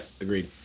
agreed